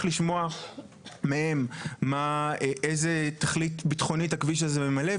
לשמוע מהם איזה תכלית ביטחונית הכביש הזה ממלא,